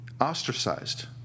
Ostracized